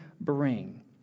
bring